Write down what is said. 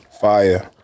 Fire